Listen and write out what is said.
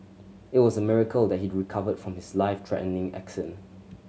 it was a miracle that he recovered from his life threatening accident